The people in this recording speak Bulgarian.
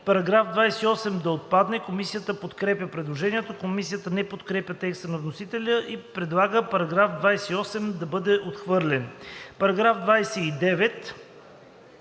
§ 28 да отпадне. Комисията подкрепя предложението. Комисията не подкрепя текста на вносителя и предлага § 28 да бъде отхвърлен. По § 29